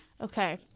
Okay